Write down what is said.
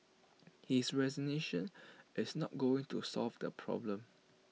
his resignation is not going to solve the problem